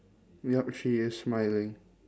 yup she is smiling